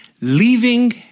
Leaving